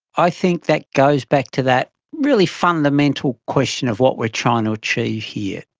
i think that goes back to that really fundamental question of what we are trying to achieve here.